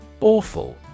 Awful